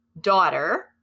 daughter